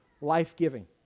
life-giving